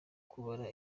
kubara